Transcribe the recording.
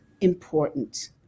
important